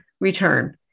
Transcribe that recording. return